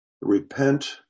repent